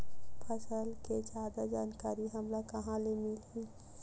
फसल के जादा जानकारी हमला कहां ले मिलही?